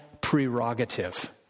prerogative